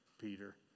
Peter